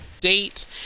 date